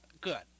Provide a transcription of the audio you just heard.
Good